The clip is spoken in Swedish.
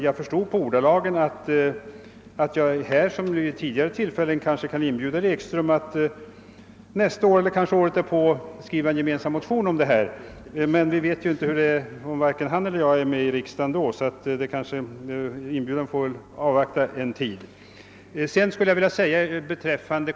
Jag förstod på ordalagen i herr Ekströms anförande att jag nästa år eller året därpå kan inbjuda honom att skriva under en gemensam motion om detta, men vi vet ju inte om han eller jag är med i riksdagen då, så inbjudan får anstå en tid.